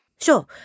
Sure